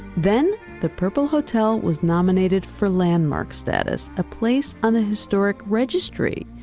then, the purple hotel was nominated for landmark status, a place on a historic registry.